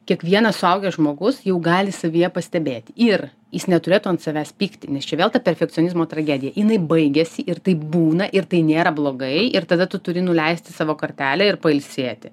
kiekvienas suaugęs žmogus jau gali savyje pastebėti ir jis neturėtų ant savęs pykti nes čia vėl ta perfekcionizmo tragedija jinai baigiasi ir taip būna ir tai nėra blogai ir tada tu turi nuleisti savo kartelę ir pailsėti